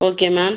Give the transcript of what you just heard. okay ma'am